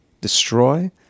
destroy